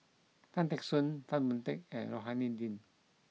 Tan Teck Soon Tan Boon Teik and Rohani Din